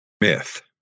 myth